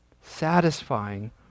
Satisfying